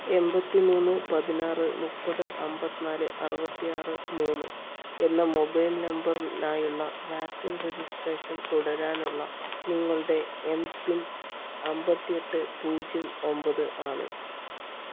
എമ്പത്തിമൂന്ന് പതിനാറ് മുപ്പത് അമ്പത്തിനാല് അറുപത്തിയാറ് മൂന്ന് എന്ന മൊബൈൽ നമ്പറിനായുള്ള വാക്സിൻ രജിസ്ട്രേഷൻ തുടരാനുള്ള നിങ്ങളുടെ എം പിൻ അമ്പത്തിയേട്ട് പൂജ്യം ഒൻപത് ആണ്